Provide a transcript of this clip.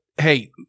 hey